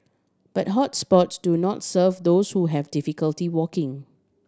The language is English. but hot spots do not serve those who have difficulty walking